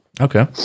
Okay